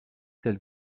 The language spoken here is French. tel